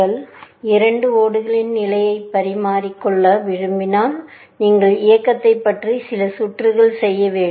Refer Time 0448 நீங்கள் இரண்டு ஓடுகளின் நிலையை பரிமாறிக் கொள்ள விரும்பினால் நீங்கள் இயக்கத்தைப் பற்றி சில சுற்றுகள் செய்ய வேண்டும்